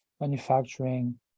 manufacturing